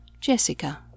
Jessica